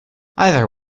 either